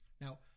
Now